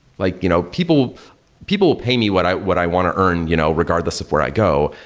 like you know people people pay me what i what i want to earn you know regardless of where i go,